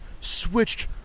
switched